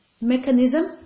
mechanism